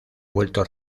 vuelto